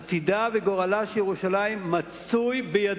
עתידה וגורלה של ירושלים בידינו.